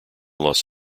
los